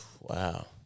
wow